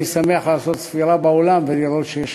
אני שמח לעשות ספירה באולם ולראות שיש